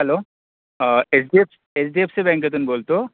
hello HDF H D F C बँकेतून बोलतो